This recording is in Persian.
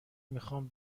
میخام